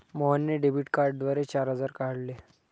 मोहनने डेबिट कार्डद्वारे चार हजार काढले